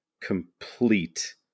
complete